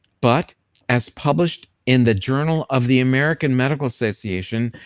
but as published in the journal of the american medical association,